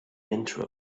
intro